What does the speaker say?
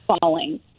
falling